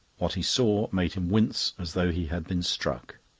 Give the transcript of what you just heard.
what he saw made him wince as though he had been struck.